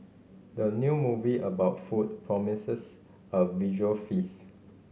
the new movie about food promises a visual feast